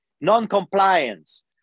non-compliance